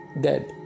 dead